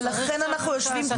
ולכן אנחנו יושבים כאן.